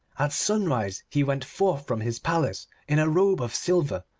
at sunrise he went forth from his palace in a robe of silver,